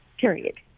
period